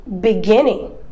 beginning